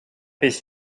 his